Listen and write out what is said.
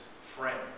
friend